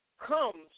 comes